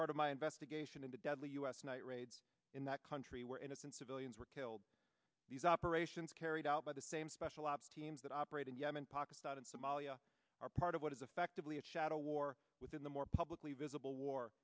of my investigation into deadly u s night raids in that country where innocent civilians were killed these operations carried out by the same special ops teams that operate in yemen pakistan and somalia are part of what is effectively a shadow war within the more publicly visible war